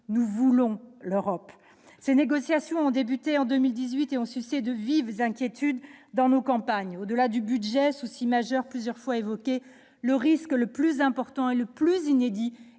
nous voulons l'Europe ! Ces négociations ont débuté en 2018 et ont suscité de vives inquiétudes dans nos campagnes. Au-delà du budget, préoccupation majeure plusieurs fois évoquée, le risque le plus important et le plus inédit